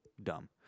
dumb